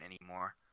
anymore